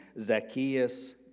Zacchaeus